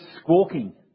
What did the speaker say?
squawking